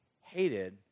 hated